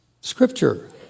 Scripture